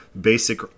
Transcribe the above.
basic